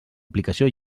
aplicació